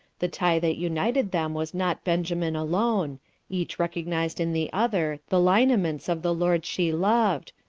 the tie that united them was not benjamin alone each recognised in the other the lineaments of the lord she loved,